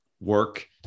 work